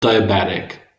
diabetic